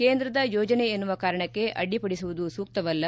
ಕೇಂದ್ರದ ಯೋಜನೆ ಎನ್ನುವ ಕಾರಣಕ್ಕೆ ಅಡ್ಡಿಪಡಿಸುವುದು ಸೂಕ್ತವಲ್ಲ